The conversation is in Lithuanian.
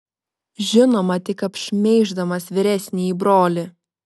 žinoma tik apšmeiždamas vyresnįjį brolį